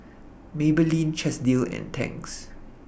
Maybelline Chesdale and Tangs